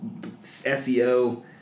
SEO